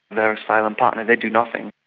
they're a silent partner, they do nothing,